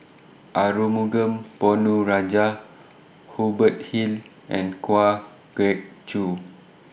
Arumugam Ponnu Rajah Hubert Hill and Kwa Geok Choo